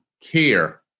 care